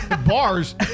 Bars